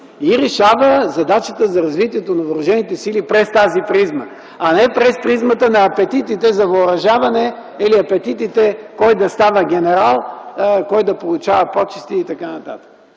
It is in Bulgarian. и решава задачите за развитието на въоръжените сили през тази призма, а не през призмата на апетитите за въоръжаване или апетитите кой да става генерал, кой да получава почести и т.н.